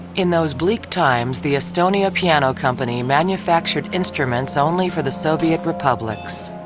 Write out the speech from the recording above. in those bleak times, the estonia piano company manufactured instruments only for the soviet republics.